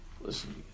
Listen